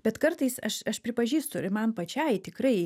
bet kartais aš aš pripažįstu ir man pačiai tikrai